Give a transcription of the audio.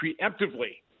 preemptively